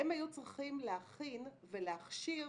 הם היו צריכים להכין ולהכשיר